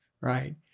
right